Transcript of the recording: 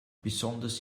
besonders